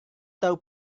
tahu